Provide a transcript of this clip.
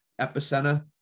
Epicenter